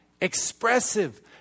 expressive